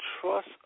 trust